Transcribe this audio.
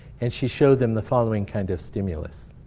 and she showed them the following kind of stimulus.